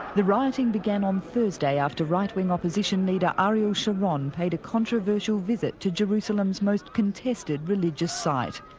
the rioting began on thursday after right-wing opposition leader ah ariel sharon paid a controversial visit to jerusalem's most contested religious site.